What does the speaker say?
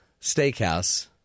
Steakhouse